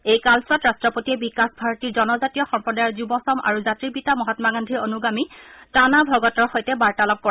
এই কালছোৱাত ৰাট্টপতিয়ে বিকাশ ভাৰতীৰ জনজাতীয় সম্প্ৰদায়ৰ যুবচাম আৰু জাতিৰ পিতা মহামা গান্ধীৰ অনুগামী টানা ভগতৰ সৈতে বাৰ্তালাপ কৰে